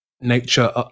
nature